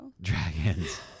Dragons